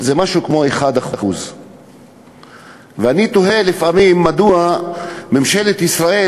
זה משהו כמו 1%. ואני תוהה לפעמים מדוע ממשלת ישראל